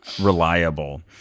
reliable